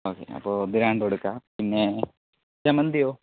okay അപ്പോൾ ഇത് രണ്ടുമെടുക്കാം പിന്നെ ജമന്തിയോ